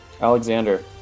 Alexander